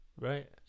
Right